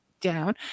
down